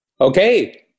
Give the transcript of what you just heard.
Okay